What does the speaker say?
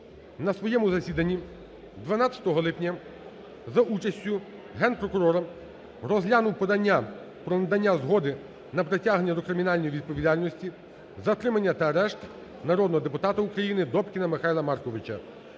на своєму засіданні 12 липня за участю Генпрокурора розглянув подання про надання згоди на притягнення до кримінальної відповідальності, затримання та арешт народного депутата України Добкіна Михайла Марковича.